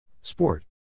Sport